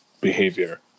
behavior